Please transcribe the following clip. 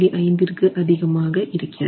5 விற்கு அதிகமாக இருக்கிறது